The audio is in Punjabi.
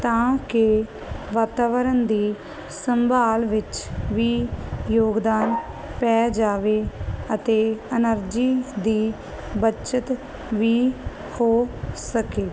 ਤਾਂ ਕਿ ਵਾਤਾਵਰਨ ਦੀ ਸੰਭਾਲ ਵਿੱਚ ਵੀ ਯੋਗਦਾਨ ਪੈ ਜਾਵੇ ਅਤੇ ਐਨਰਜੀ ਦੀ ਬੱਚਤ ਵੀ ਹੋ ਸਕੇ